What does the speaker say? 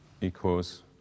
equals